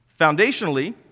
Foundationally